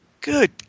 good